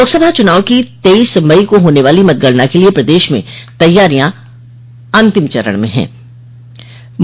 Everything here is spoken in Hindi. लोकसभा चुनाव की तेईस मई को होने वाली मतगणना के लिय प्रदेश में तैयारियां अंतिम चरण में चल रही है